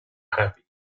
happy